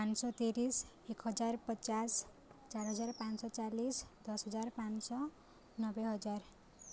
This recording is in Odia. ପାଞ୍ଚଶହ ତିରିଶ ଏକ ହଜାର ପଚାଶ ଚାରି ହଜାର ପାଞ୍ଚଶହ ଚାଲିଶ ଦଶହଜାର ପାଞ୍ଚଶହ ନବେ ହଜାର